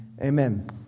Amen